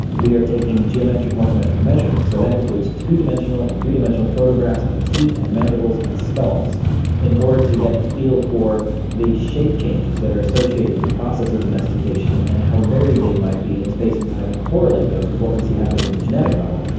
we are taking geometric morphometric measurements. so that includes two-dimensional and three-dimensional photographs of teeth and mandibles and skulls in order to get a feel for the shape changes that are associated with the process of domestication and how varied they might be in space and time, and correlate those with what we see happening at the genetic level.